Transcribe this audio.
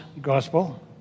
gospel